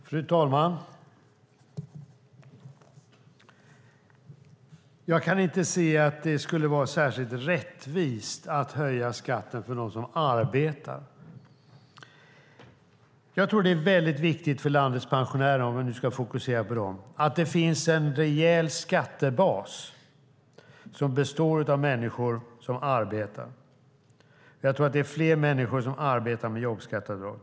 Fru talman! Jag kan inte se att det skulle vara särskilt rättvist att höja skatten för dem som arbetar. Jag tror att det är väldigt viktigt för landets pensionärer, om jag nu ska fokusera på dem, att det finns en rejäl skattebas som består av människor som arbetar. Jag tror att det är fler människor som arbetar om vi har jobbskatteavdrag.